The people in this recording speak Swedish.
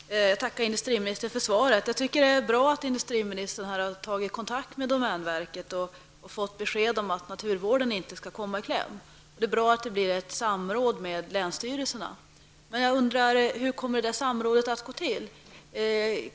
Herr talman! Jag tackar industriministern för svaret. Det är bra att industriministern har tagit kontakt med domänverket och fått besked om att naturvården inte skall komma i kläm, och det är bra att det blir ett samråd med länsstyrelserna. Men hur kommer detta samråd att gå till?